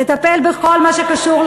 לטפל בכל מה שקשור,